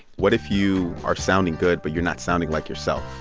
what if you are sounding good but you're not sounding like yourself?